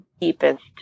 deepest